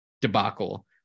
debacle